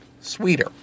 sweeter